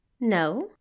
No